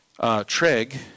Treg